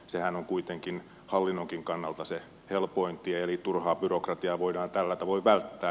sehän on kuitenkin hallinnonkin kannalta se helpoin tie eli turhaa byrokratiaa voidaan tällä tavoin välttää